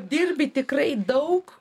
dirbi tikrai daug